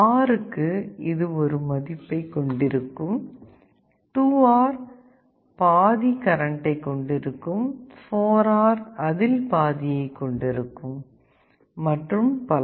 R க்கு இது ஒரு மதிப்பைக் கொண்டிருக்கும் 2R பாதி கரண்ட்டை கொண்டிருக்கும் 4R அதில் பாதியைக் கொண்டிருக்கும் மற்றும் பல